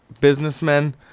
businessmen